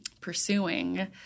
pursuing